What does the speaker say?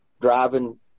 driving